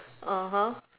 (uh huh)